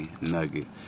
Nugget